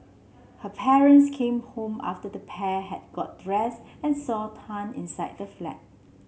her parents came home after the pair had got dressed and saw Tan inside the flat